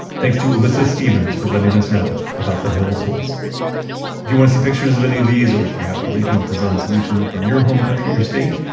thanks to alissa stevens for letting us know about the hills hoist. if you want to see pictures of any of these, or if you have a regional design solution from your home country or state,